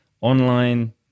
online